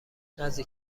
نزدیک